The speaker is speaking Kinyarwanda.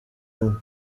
bimwe